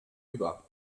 über